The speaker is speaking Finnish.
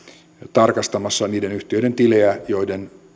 tarkastamassa niiden yhtiöiden tilejä joiden